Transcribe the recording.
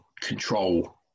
control